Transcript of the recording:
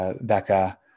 Becca